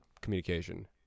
communication